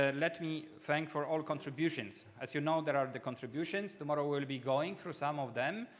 ah let me thank, for all contributions. as you know, there are the contributions. tomorrow we'll be going through some of them.